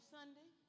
Sunday